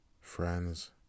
friends